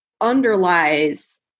underlies